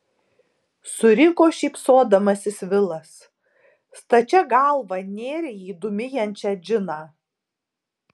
suriko šypsodamasis vilas stačia galva nėrei į dūmijančią džiną